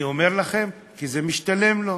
אני אומר לכם, כי זה משתלם לו.